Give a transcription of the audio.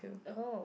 oh